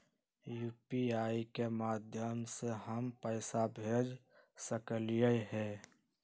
UPI के माध्यम से हम पैसा भेज सकलियै ह?